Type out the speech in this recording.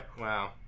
wow